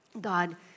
God